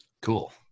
Cool